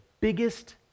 biggest